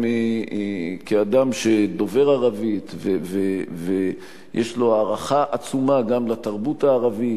כאדם שדובר ערבית ויש לו הערכה עצומה גם לתרבות הערבית,